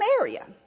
area